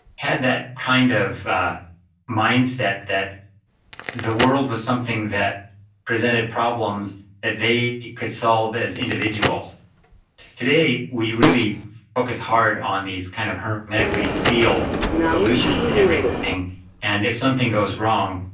had that kind of mindset that the world was something that presented problems that they could solve as individuals today, we really focus hard on these kind of hermetically sealed solutions to everything and if something goes wrong,